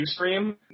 Ustream